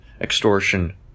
extortion